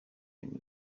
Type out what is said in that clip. yanze